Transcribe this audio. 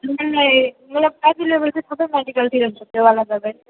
मलाई मलाई एभाइलेभल चाहिँ सब मेडिकलतिर हुछ त्यो वाला दबाई